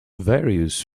various